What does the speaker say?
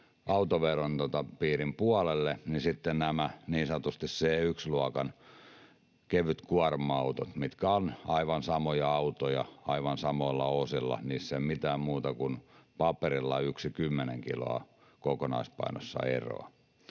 autoveron piiriin, niin nämä niin sanotut C1-luokan kevytkuorma-autot ovat aivan samoja autoja aivan samoilla osilla, niissä ei ole mitään muuta kuin paperilla 10 kiloa kokonaispainossa eroa.